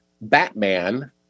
Batman